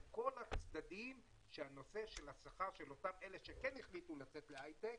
לכל הצדדים שהנושא של השכר של אותם אלה שכן החליטו לצאת להייטק,